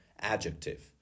adjective